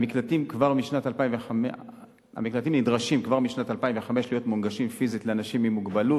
המקלטים נדרשים כבר משנת 2005 להיות מונגשים פיזית לאנשים עם מוגבלות.